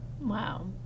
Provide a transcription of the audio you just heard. Wow